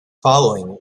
following